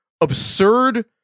absurd